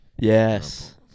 Yes